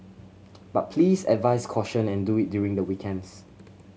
but please advise caution and do it during the weekends